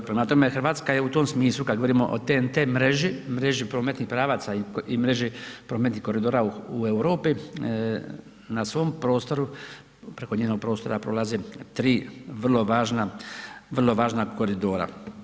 Prema tome, Hrvatska je u tom smislu kad govorimo o TNT mreži, mreži prometnih pravaca i mreže prometnih koridora u Europi, na svom prostoru, preko njenog prostora prolaze tri vrlo važna koridora.